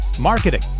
marketing